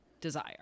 desire